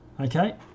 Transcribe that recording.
Okay